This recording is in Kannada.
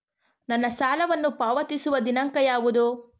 ನನ್ನ ಸಾಲವನ್ನು ಪಾವತಿಸುವ ದಿನಾಂಕ ಯಾವುದು?